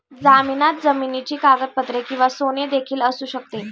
जामिनात जमिनीची कागदपत्रे किंवा सोने देखील असू शकते